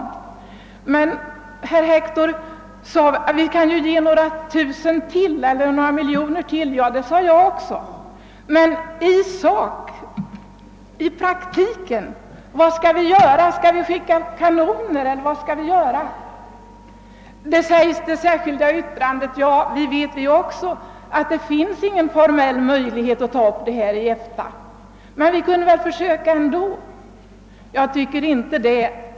Herr Hector ansåg att det inte hjälper de förtryckta folken ur förtrycket om vi ger dem några hundra tusen eller några miljoner kronor ytterligare. Ja, det anser jag också. Men i praktiken, vad kan vi göra? Skall vi skicka kanoner? Nej, endast genom FN kan vi göra en insats. I det särskilda yttrandet som herr Hector åberopar säger de ledamöter, som undertecknat det, att de vet att det inte finns någon formell möjlighet att ta upp denna fråga i EFTA men att vi väl kan försöka göra det ändå.